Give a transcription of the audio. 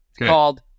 called